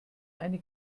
eine